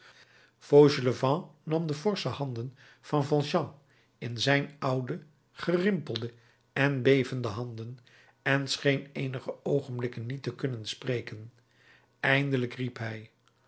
fauchelevent nam de forsche handen van valjean in zijn oude gerimpelde en bevende handen en scheen eenige oogenblikken niet te kunnen spreken eindelijk riep hij